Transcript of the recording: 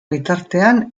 bitartean